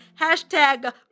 hashtag